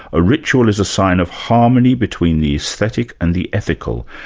a ritual is a sign of harmony between the aesthetic and the ethical,